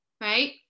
Right